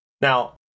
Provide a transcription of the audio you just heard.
now